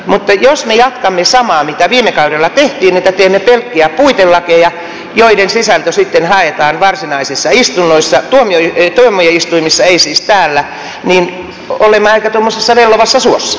mutta jos me jatkamme samaa mitä viime kaudella tehtiin että teemme pelkkiä puitelakeja joiden sisältö sitten haetaan varsinaisissa istunnoissa tuomioistuimissa ei siis täällä niin olemme tuommoisessa aika vellovassa suossa